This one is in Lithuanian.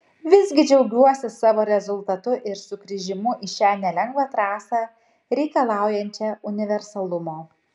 visgi džiaugiuosi savo rezultatu ir sugrįžimu į šią nelengvą trasą reikalaujančią universalumo